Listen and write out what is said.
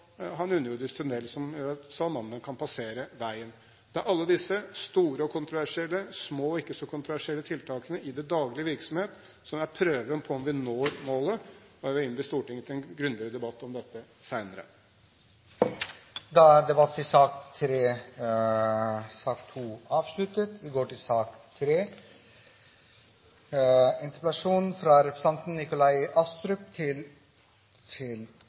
som gjør at salamanderen kan passere veien. Det er alle disse store og kontroversielle, små og ikke så kontroversielle tiltakene i den daglige virksomhet som er prøven på om vi når målet, og jeg vil innby Stortinget til en grundigere debatt om dette senere. Debatten i sak nr. 2 er avsluttet.